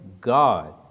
God